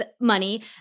money